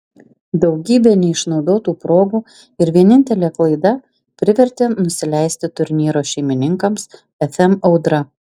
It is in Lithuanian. daugybė neišnaudotų progų ir vienintelė klaida privertė nusileisti turnyro šeimininkams fm audra